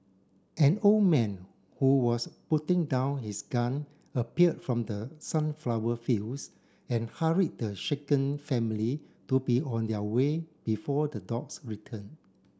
an old man who was putting down his gun appeared from the sunflower fields and hurried the shaken family to be on their way before the dogs return